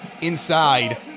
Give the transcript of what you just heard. Inside